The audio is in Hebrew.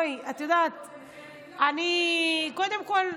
תשמעי, מיכל, בואי, את יודעת, קודם כול,